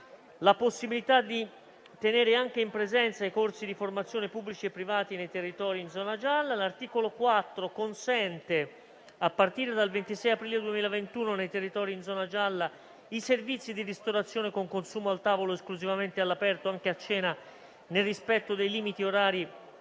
la possibilità di tenere anche in presenza i corsi di formazione pubblici e privati nei territori in zona gialla. L'articolo 4 consente, a partire dal 26 aprile 2021, nei territori in zona gialla, i servizi di ristorazione con consumo al tavolo esclusivamente all'aperto, anche a cena, nel rispetto dei limiti orari agli